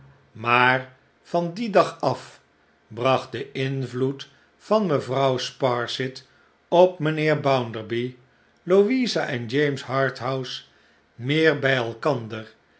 maar van dien dag af bracht de invloed van mevrouw sparsit op mijnheer bounderby louisa en james harthouse meer bij elkander